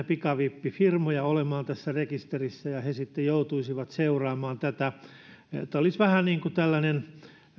pikavippifirmoja olemaan rekisterissä ja he sitten joutuisivat seuraamaan tätä tämä olisi vähän niin kuin